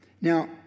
Now